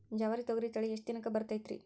ಜವಾರಿ ತೊಗರಿ ತಳಿ ಎಷ್ಟ ದಿನಕ್ಕ ಬರತೈತ್ರಿ?